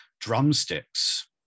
drumsticks